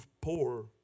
poor